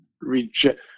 reject